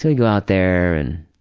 so go out there and